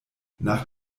nach